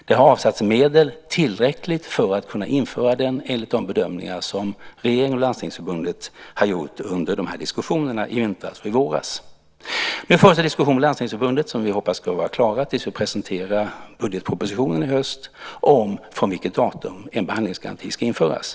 Det har avsatts medel, tillräckligt för att kunna genomföra den - detta enligt bedömningar som regeringen och Landstingsförbundet gjort under de här diskussionerna i vintras och i våras. Nu förs det diskussioner med Landstingsförbundet, som vi hoppas ska vara klara tills vi i höst presenterar budgetpropositionen, om vilket datum en behandlingsgaranti ska införas.